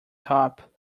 top